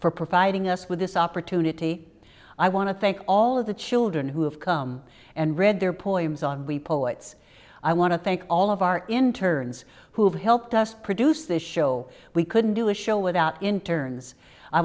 for providing us with this opportunity i want to thank all of the children who have come and read their points on we poets i want to thank all of our interns who have helped us produce this show we couldn't do a show without interns i